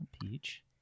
Peach